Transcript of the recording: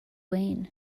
wayne